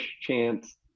chance